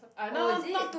oh is it